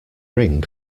ring